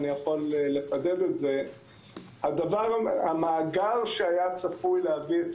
ואני יכול לחדד את זה שהמאגר שהיה צפוי להביא את